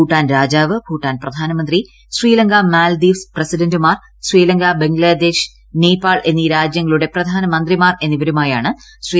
ഭൂട്ടാൻ രാജാവ് ഭൂട്ടാൻ പ്രധാന്ത്മുൻ്തി ശ്രീലങ്ക മാൽദീവ്സ് പ്രസിഡന്റുമാർ ശ്രീലങ്ക ബംഗ്ലാദേശ് നേപ്പൂജ് എന്നീ രാജ്യങ്ങളുടെ പ്രധാന മന്ത്രിമാർ എന്നിവരുമായാണ് ശ്രീ